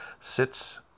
sits